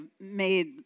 made